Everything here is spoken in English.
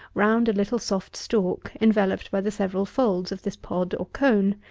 round a little soft stalk, enveloped by the several folds of this pod, or cone.